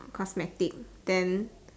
cosmetic then